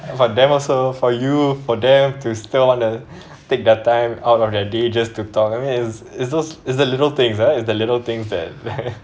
for them also for you for them to still want to take their time out of their day just to talk I mean it's it's just it's the little things it's the little things that